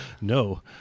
No